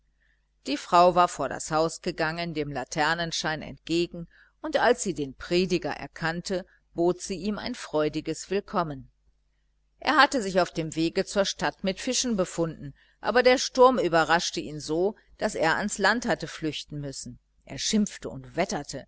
die frau war vor das haus gegangen dem laternenschein entgegen und als sie den prediger erkannte bot sie ihm ein freudiges willkommen er hatte sich auf dem wege zur stadt mit fischen befunden aber der sturm überraschte ihn so daß er ans land hatte flüchten müssen er schimpfte und wetterte